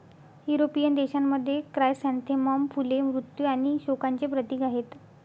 European देशांमध्ये, chrysanthemum फुले मृत्यू आणि शोकांचे प्रतीक आहेत